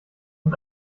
mit